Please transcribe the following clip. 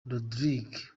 rodrigue